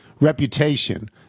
reputation